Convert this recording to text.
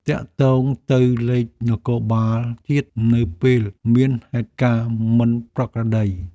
ទាក់ទងទៅលេខនគរបាលជាតិ នៅពេលមានហេតុការណ៍មិនប្រក្រតី។